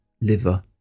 liver